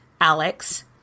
Alex